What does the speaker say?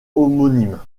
homonyme